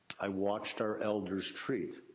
i watched our elders treat.